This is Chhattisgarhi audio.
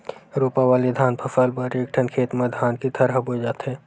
रोपा वाले धान फसल बर एकठन खेत म धान के थरहा बोए जाथे